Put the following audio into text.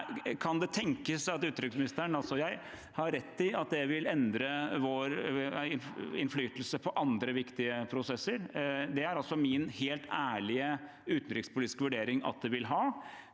Kan det tenkes at utenriksministeren, altså jeg, har rett i at det vil endre vår innflytelse i andre viktige prosesser? Det er altså min helt ærlige utenrikspolitiske vurdering at det vil